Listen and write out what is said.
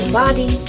body